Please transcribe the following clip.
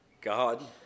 God